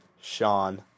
Sean